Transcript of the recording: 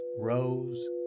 rose